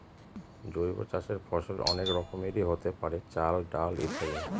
জৈব চাষের ফসল অনেক রকমেরই হতে পারে, চাল, ডাল ইত্যাদি